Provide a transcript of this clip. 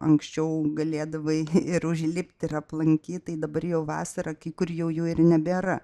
anksčiau galėdavai ir užlipti ir aplankyt tai dabar jau vasarą kai kur jau jų ir nebėra